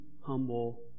humble